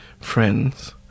friends